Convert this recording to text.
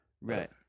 right